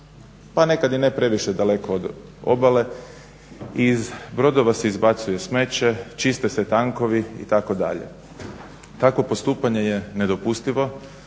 pa nekad i ne previše daleko od obale, iz brodova se izbacuje smeće, čiste se tankovi itd. Takvo postupanje je nedopustivo,